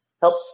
help